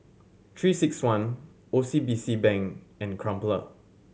Three Six One O C B C Bank and Crumpler